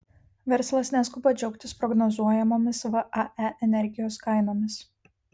verslas neskuba džiaugtis prognozuojamomis vae energijos kainomis